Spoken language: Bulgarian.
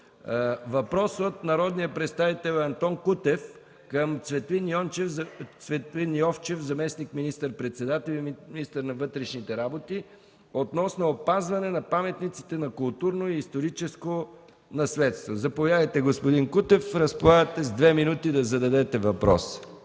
въпрос – от Антон Кутев към Цветлин Йовчев, заместник-министър председател и министър на вътрешните работи, относно опазване на паметниците на културно и историческо наследство. Заповядайте, господин Кутев, разполагате с 2 минути да зададете въпрос.